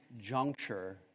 juncture